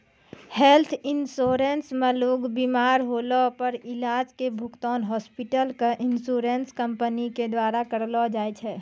health insurance मे लोग बिमार होला पर इलाज के भुगतान हॉस्पिटल क इन्शुरन्स कम्पनी के द्वारा करलौ जाय छै